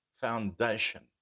foundation